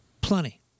Plenty